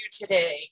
today